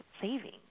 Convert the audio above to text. saving